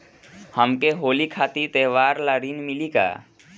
हमके होली खातिर त्योहार ला ऋण मिली का?